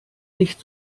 nicht